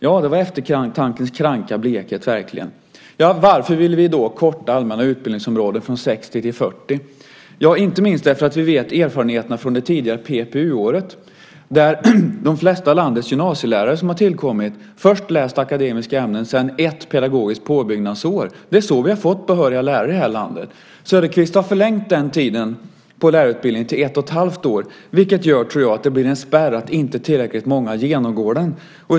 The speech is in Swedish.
Ja, det var verkligen eftertankens kranka blekhet. Varför ville vi då korta det allmänna utbildningsområdet från 60 till 40? Ja, inte minst därför att vi vet av erfarenheterna från det tidigare PPU-året att de flesta av landets gymnasielärare som har tillkommit först läste akademiska ämnen och sedan ett pedagogiskt påbyggnadsår. Det är så vi har fått behöriga lärare i det här landet. Att förlänga den tiden till ett och ett halvt år gör, tror jag, att det blir en spärr så att inte tillräckligt många genomgår den utbildningen.